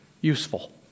useful